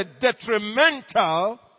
detrimental